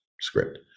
script